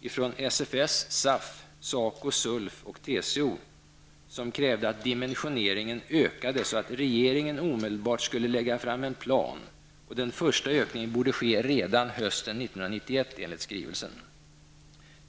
ytterligare en skrivelse från SFS, SAF, SACO, SULF och TCO, som krävde att dimensioneringen skulle öka och att regeringen omedelbart skulle lägga fram en plan. Den första ökningen borde enligt skrivelsen ske redan hösten 1991.